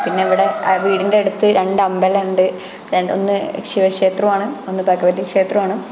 പിന്നെ ഇവിടെ വീടിന്റെ അടുത്ത് രണ്ട് അമ്പലമുണ്ട് ഒന്ന് ശിവക്ഷേത്രമാണ് ഒന്ന് ഭഗവതി ക്ഷേത്രമാണ്